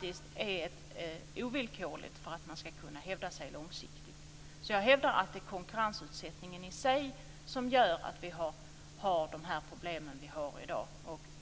Det är ovillkorligt för att SJ ska kunna hävda sig långsiktigt. Jag hävdar att det är konkurrensutsättningen i sig som gör att vi har problemen vi har i dag.